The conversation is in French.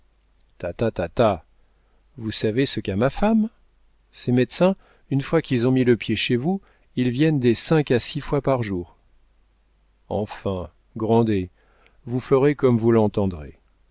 ta ta vous savez ce qu'a ma femme ces médecins une fois qu'ils ont mis le pied chez vous ils viennent des cinq à six fois par jour enfin grandet vous ferez comme vous l'entendrez